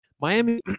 Miami